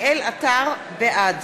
בעד